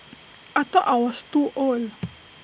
I thought I was too old